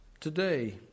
today